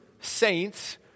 saints